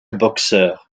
boxeur